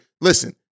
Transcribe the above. Listen